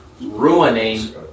ruining